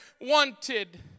wanted